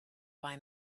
buy